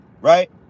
right